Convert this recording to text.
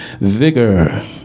vigor